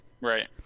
Right